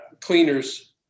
cleaners